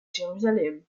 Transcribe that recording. jérusalem